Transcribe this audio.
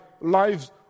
lives